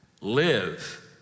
Live